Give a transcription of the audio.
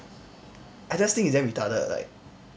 I just think it's damn retarded like